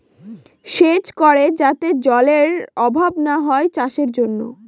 সেচ করে যাতে জলেরর অভাব না হয় চাষের জন্য